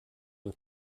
und